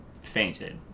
fainted